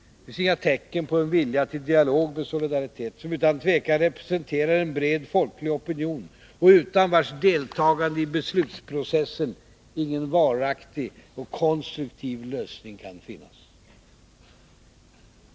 Det finns inga tecken på en vilja till dialog med Solidaritet, som utan tvekan representerar en bred folklig opinion och utan vars deltagande i beslutsprocessen ingen varaktig och konstruktiv lösning kan finnas.